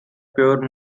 pure